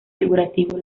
figurativo